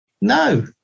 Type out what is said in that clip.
No